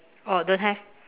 oh don't have